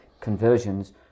conversions